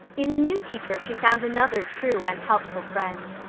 in the new teacher she found another true and helpful friend.